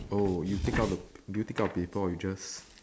oh you take out the did you take out paper or you just